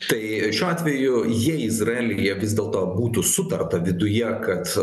tai šiuo atveju jei izraelyje vis dėlto būtų sutarta viduje kad